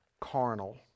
carnal